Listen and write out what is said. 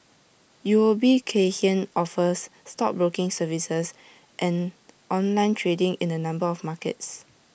U O B Kay Hian offers stockbroking services and online trading in A number of markets